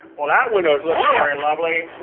well, that window is looking very lovely.